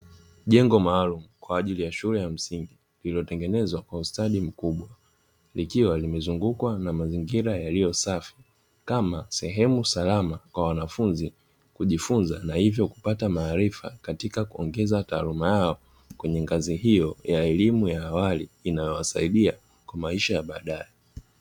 Jengo maalumu kwa ajili ya shule ya msingi, lililotengenezwa kwa ustadi mkubwa, likiwa limezungukwa na mazingira yaliyo safi, kama sehemu salama kwa wanafunzi kujifunza na hivyo kupata maarifa katika kuongeza taaluma yao kwenye ngazi hiyo ya elimu ya awali, itakayowasaidia kwa maisha ya baadaye.